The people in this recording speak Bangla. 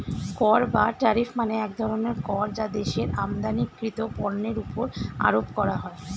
কর বা ট্যারিফ মানে এক ধরনের কর যা দেশের আমদানিকৃত পণ্যের উপর আরোপ করা হয়